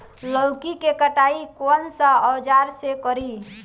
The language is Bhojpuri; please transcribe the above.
लौकी के कटाई कौन सा औजार से करी?